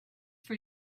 for